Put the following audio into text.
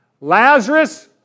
Lazarus